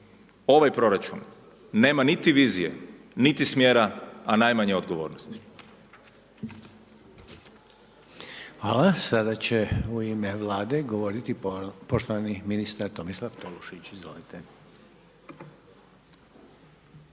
Ovaj proračun nema niti vizije, niti smjera a najmanje odgovornosti. **Reiner, Željko (HDZ)** Sada će u ime Vlade govoriti poštovani ministar Tomislav Tolušić. Izvolite.